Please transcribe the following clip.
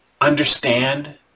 understand